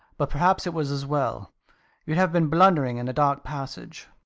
but perhaps it was as well you'd have been blundering in a dark passage.